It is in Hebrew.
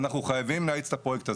אנחנו חייבים להאיץ את הפרויקט הזה.